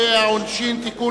העונשין (תיקון,